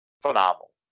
phenomenal